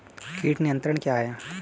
कीट नियंत्रण क्या है?